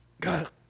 God